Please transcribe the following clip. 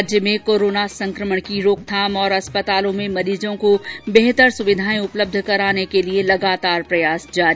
राज्य में कोरोना संक्रमण की रोकथाम और अस्पतालों में मरीजों को बेहतर सुविधा उपलब्ध कराने के लिए लगातार प्रयास जारी